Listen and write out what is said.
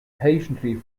patiently